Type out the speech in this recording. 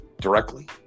directly